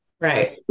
right